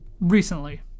recently